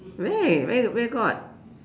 where where where got